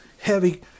heavy